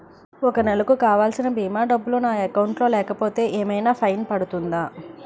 ఒక నెలకు కావాల్సిన భీమా డబ్బులు నా అకౌంట్ లో లేకపోతే ఏమైనా ఫైన్ పడుతుందా?